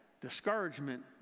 discouragement